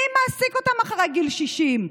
מי מעסיק אותן אחרי גיל 60?